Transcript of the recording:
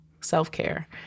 self-care